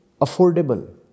affordable